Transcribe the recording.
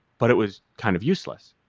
but it was kind of useless,